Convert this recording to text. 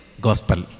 gospel